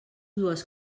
dues